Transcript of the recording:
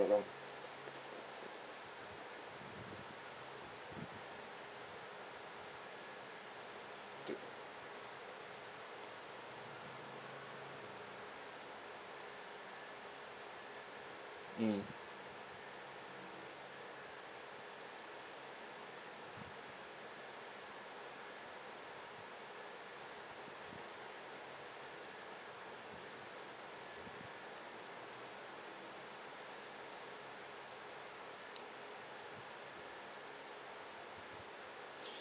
not wrong the mm